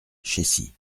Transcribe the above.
chécy